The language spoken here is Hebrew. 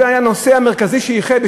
זה היה הנושא המרכזי שאיחד.